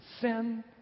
sin